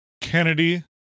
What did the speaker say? Kennedy